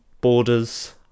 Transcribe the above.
borders